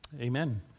amen